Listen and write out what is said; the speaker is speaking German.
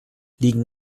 liegen